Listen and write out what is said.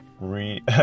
re